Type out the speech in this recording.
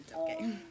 okay